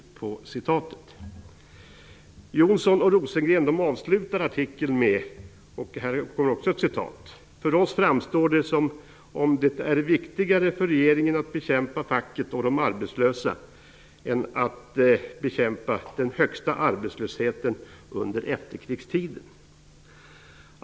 Jonsson och Rosengren avslutar artikeln med följande ord: ''För oss framstår det som om det är viktigare för regeringen att bekämpa facket och de arbetslösa än att bekämpa den högsta arbetslösheten under efterkrigstiden.''